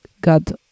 God